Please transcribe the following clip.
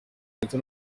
ndetse